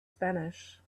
spanish